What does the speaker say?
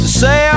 say